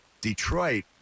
Detroit